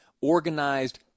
Organized